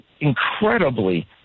incredibly